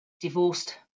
divorced